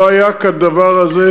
לא היה כדבר הזה,